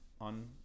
on